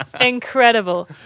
Incredible